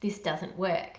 this doesn't work.